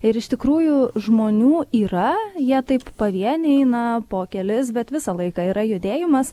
ir iš tikrųjų žmonių yra jie taip pavieniai eina po kelis bet visą laiką yra judėjimas